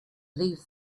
leave